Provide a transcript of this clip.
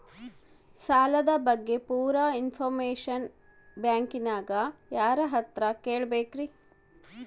ಸಾಲದ ಬಗ್ಗೆ ಪೂರ ಇಂಫಾರ್ಮೇಷನ ಬ್ಯಾಂಕಿನ್ಯಾಗ ಯಾರತ್ರ ಕೇಳಬೇಕು?